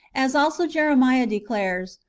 as also jeremiah declares,